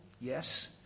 yes